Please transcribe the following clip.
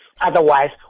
Otherwise